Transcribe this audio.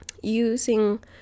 using